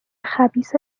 خبیث